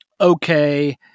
okay